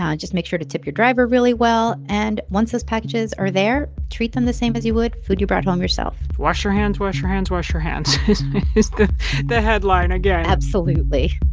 um just make sure to tip your driver really well. and once those packages are there, treat them the same as you would food you brought home yourself wash your hands. wash your hands. wash your hands is the headline again absolutely